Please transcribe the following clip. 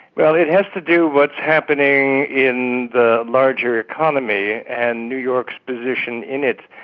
well, it has to do what's happening in the larger economy and new york's position in it.